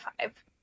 five